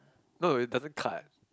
no you doesn't cut